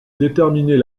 déterminer